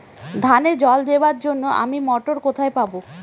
ধানে জল দেবার জন্য আমি মটর কোথায় পাবো?